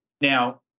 Now